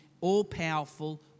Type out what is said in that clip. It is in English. all-powerful